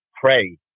pray